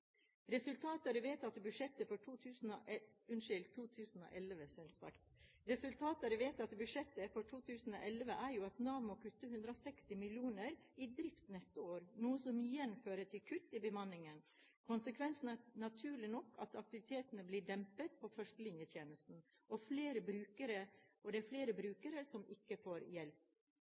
for 2011? Resultatet av det vedtatte budsjettet for 2011 er jo at Nav må kutte 161 mill. kr til drift neste år, noe som igjen fører til kutt i bemanningen. Konsekvensene er naturlig nok at aktiviteten blir dempet i førstelinjetjenesten og at flere brukere ikke får hjelp. Nav på Sørlandet har f.eks. ikke